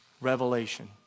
revelation